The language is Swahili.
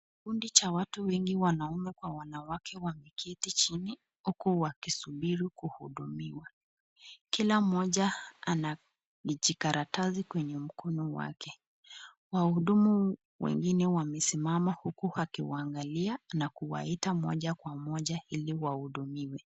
Kikundi cha watu wengi wanaume kwa wanawake wameketi chini huku wakisubiri kuhudumiwa. Kila mmoja ana kijikaratasi kwenye mkono wake. Wahudumu wengine wamesimama huku wakiwaangalia na kuwaita moja kwa moja ili wahudumiwe.